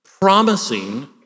promising